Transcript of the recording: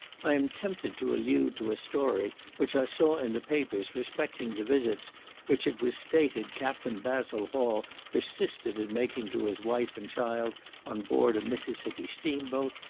i am tempted to allude to a story which i saw in the papers respecting the visits which it was stated captain basil hall persisted in making to his wife and child on board a mississippi steam-boat,